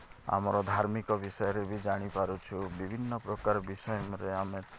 ଆମର ଧାର୍ମିକ ବିଷୟରେ ବି ଜାଣିପାରୁଛୁ ବିଭିନ୍ନ ପ୍ରକାର ବିଷୟରେ ଆମେ